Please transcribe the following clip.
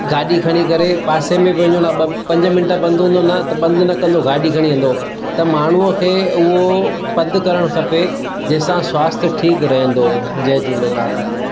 गाॾी खणी करे पासे में बि वञिणो आहे ॿ पंजे मिन्ट पंधु हूंदो न त पंधु न कंदो गाॾी खणी वेंदो त माण्हूअ खे उहो पंधु करणु खपे जंहिं सां स्वास्थ ठीकु रहंदो जय झूलेलाल